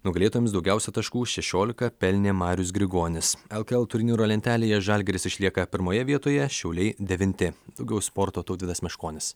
nugalėtojams daugiausia taškų šešiolika pelnė marius grigonis lkl turnyro lentelėje žalgiris išlieka pirmoje vietoje šiauliai devinti daugiau sporto tautvydas meškonis